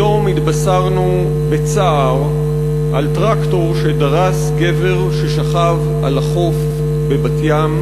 היום התבשרנו בצער שטרקטור דרס גבר ששכב על החוף בבת-ים.